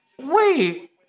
Wait